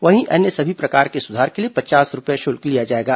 वहीं अन्य सभी प्रकार के सुधार के लिए पचास रूपए शुल्क लिया जाएगा